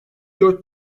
dört